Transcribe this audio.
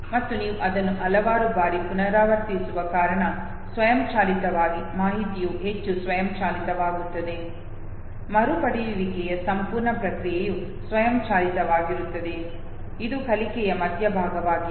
ಮತ್ತು ನೀವು ಅದನ್ನು ಹಲವಾರು ಬಾರಿ ಪುನರಾವರ್ತಿಸುವ ಕಾರಣ ಸ್ವಯಂಚಾಲಿತವಾಗಿ ಮಾಹಿತಿಯು ಹೆಚ್ಚು ಸ್ವಯಂಚಾಲಿತವಾಗುತ್ತದೆ ಮರುಪಡೆಯುವಿಕೆಯ ಸಂಪೂರ್ಣ ಪ್ರಕ್ರಿಯೆಯು ಸ್ವಯಂಚಾಲಿತವಾಗಿರುತ್ತದೆ ಇದು ಕಲಿಕೆಯ ಮಧ್ಯಭಾಗವಾಗಿದೆ